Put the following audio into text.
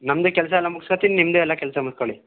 ನಮ್ಮದು ಕೆಲಸ ಎಲ್ಲ ಮುಗ್ಸ್ಕತೀನಿ ನಿಮ್ಮದೂ ಎಲ್ಲ ಕೆಲಸ ಮುಗ್ಸ್ಕೊಳ್ಳಿ